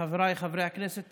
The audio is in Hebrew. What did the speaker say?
חבריי חברי הכנסת,